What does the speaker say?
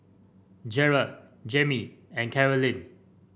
Jarrett Jermey and Carolyn